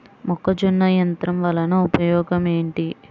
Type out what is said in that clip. మొక్కజొన్న యంత్రం వలన ఉపయోగము ఏంటి?